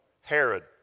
Herod